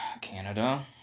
Canada